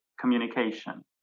communication